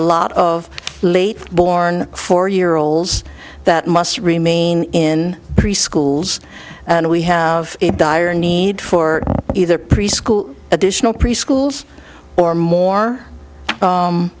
lot of late born four year olds that must remain in preschools and we have a dire need for either preschool additional preschools or more